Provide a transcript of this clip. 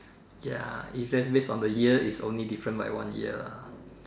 ya if that's based on the year is only different by one year lah